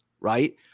right